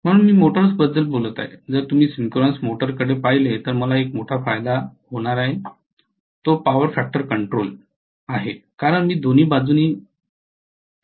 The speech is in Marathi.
म्हणून मी मोटर्सबद्दल बोलत आहे जर तुम्ही सिंक्रोनस मोटर्सकडे पाहिले तर मला एक मोठा फायदा होणार आहे तो पॉवर फॅक्टर कंट्रोल आहे कारण मी दोन्ही बाजूंनी त्याला एक्साईट करत आहे